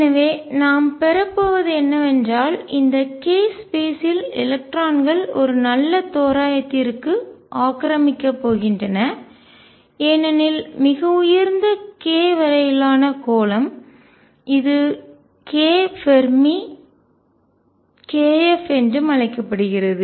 எனவே நாம் பெறப்போவது என்னவென்றால் இந்த k ஸ்பேஸ் யில் எலக்ட்ரான்கள் ஒரு நல்ல தோராயத்திற்கு ஆக்கிரமிக்கப் போகின்றன ஏனெனில் மிக உயர்ந்த k வரையிலான கோளம் இது k ஃபெர்மி என்றும் அழைக்கப்படுகிறது